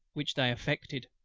which they effected.